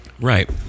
Right